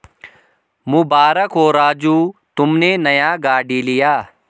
मुबारक हो राजू तुमने नया गाड़ी लिया